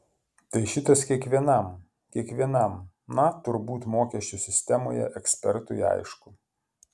tai šitas kiekvienam kiekvienam na turbūt mokesčių sistemoje ekspertui aišku